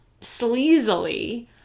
sleazily